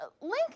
Lincoln